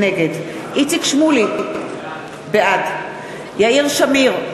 נגד איציק שמולי, בעד יאיר שמיר,